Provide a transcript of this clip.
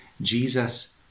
Jesus